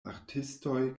artistoj